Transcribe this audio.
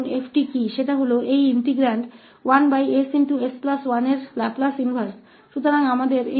तो अब 𝑓𝑡 क्या है यह इस इंटीग्रैंड का लाप्लास प्रतिलोम है 1ss1